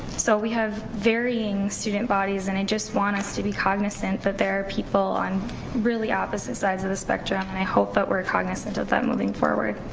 so we have varying student bodies and i just want us to be cognizant that there are people on really opposite sides of the spectrum and i hope that we're cognizant of that moving forward.